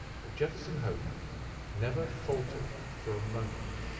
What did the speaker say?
but jefferson hope never faltered for a moment.